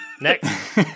Next